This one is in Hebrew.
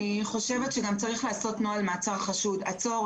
אני חושבת שגם צריך לעשות נוהל מעצר חשוד: עצור,